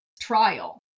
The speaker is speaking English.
trial